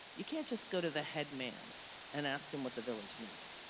you can't just go to the head man and ask him what the village needs,